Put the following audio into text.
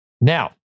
Now